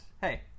Hey